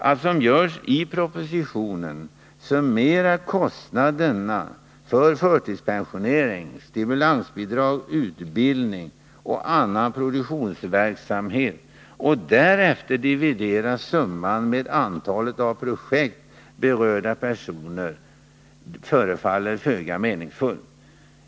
Att som görs i propositionen summera kostnaderna för förtidspensionering, stimulansbidrag, utbildning och annan projektverksamhet och därefter dividera summan med antalet av projektet berörda personer förefaller föga meningsfullt.